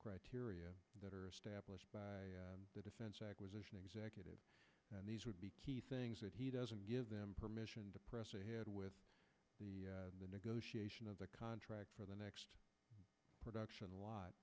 criteria that are established by the defense acquisition executive and these would be key things that he doesn't give them permission to press ahead with the the negotiation of the contract for the next production lot